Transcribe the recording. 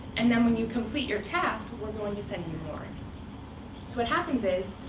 and then, when you complete your task, we're going to send you more. so what happens is,